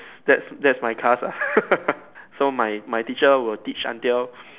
that's that's my class ah so my my teacher will teach until